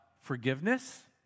forgiveness